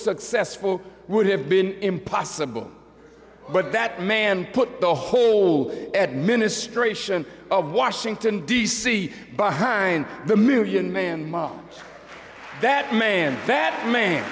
successful would have been impossible but that man put the whole administration of washington d c behind the million man mom that man that man